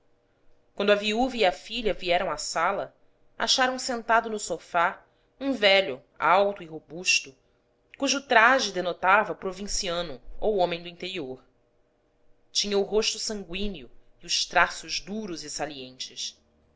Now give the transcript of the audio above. quando a viúva e a filha vieram à sala acharam sentado no sofá um velho alto e robusto cujo traje denotava provinciano ou homem do interior tinha o rosto sanguíneo e os traços duros e salientes